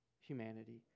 humanity